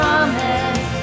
Promise